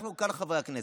אנחנו, חברי הכנסת,